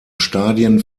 stadien